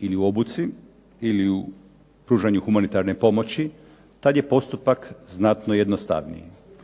ili obuci, ili u pružanju humanitarne pomoći, tad je postupak znatno jednostavniji,